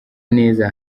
neza